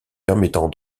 permettant